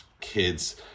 kids